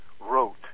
wrote